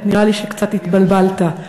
נראה לי שקצת התבלבלת.